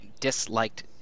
disliked